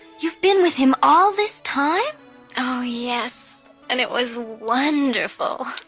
you've been with him all this time oh, yes. and it was wonderful.